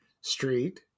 Street